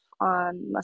on